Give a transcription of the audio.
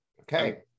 Okay